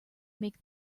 make